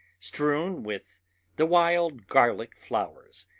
strewn with the wild garlic flowers,